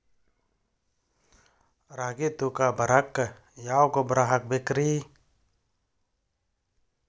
ರಾಗಿ ತೂಕ ಬರಕ್ಕ ಯಾವ ಗೊಬ್ಬರ ಹಾಕಬೇಕ್ರಿ?